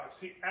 See